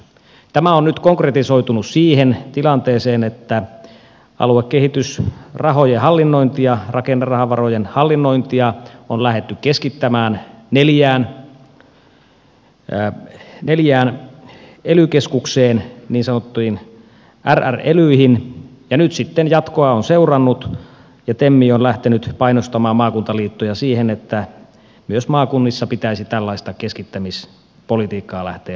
tämä on nyt konkretisoitunut siihen tilanteeseen että aluekehitysrahojen hallinnointia rakennerahavarojen hallinnointia on lähdetty keskittämään neljään ely keskukseen niin sanottuihin rr elyihin ja nyt sitten jatkoa on seurannut ja tem on lähtenyt painostamaan maakuntaliittoja siihen että myös maakunnissa pitäisi tällaista keskittämispolitiikkaa lähteä harjoittamaan